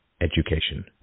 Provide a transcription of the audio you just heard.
education